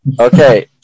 Okay